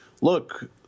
look